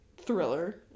thriller